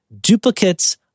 duplicates